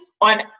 on